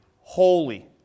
holy